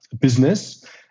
business